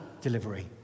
delivery